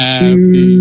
Happy